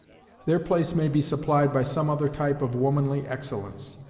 their place may be supplied by some other type of womanly excellence,